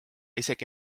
isegi